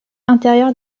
intérieure